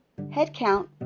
Headcount